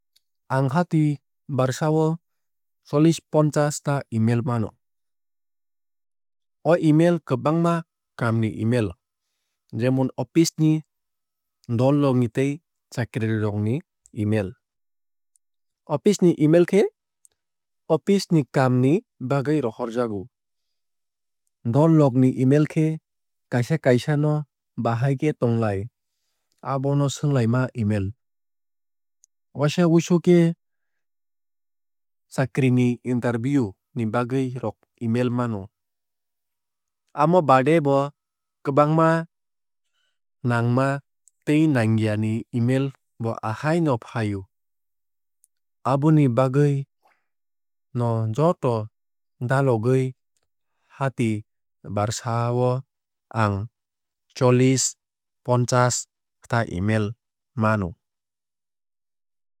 Ang hati barsa o chollish ponchash ta email mano. O email kwbangma kaam ni email jemon office ni dolrogni tei chakiri rok ni email. Office ni email khe office ni kaam ni bagwui rohorjago. Dol rok ni email khe kaisa kaisa no bahai khe tonglai abono swnglaima email. Waisa wuisu khe chakiri ni interview ni bagwui rok email mano. Amo baade bo kwbangma nangma tei nangya ni email bo ahai no fai o. Aboni bagwui no joto dalogwui hati barsa o ang chollish ponchash ta email mano.